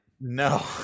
no